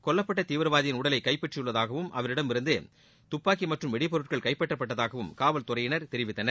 கொல்லப்பட்ட தீவிரவாதியின் உடலை கைப்பற்றியுள்ளதாகவும் அவரிடமிருந்து துப்பாக்கி மற்றும் வெடிப்பொருட்கள் கைப்பற்றப்பட்டதாகவும் காவல்துறையினர் தெரிவித்தனர்